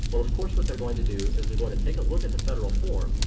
well of course, what they're going to do is they're going to take a look at the federal form,